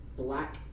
black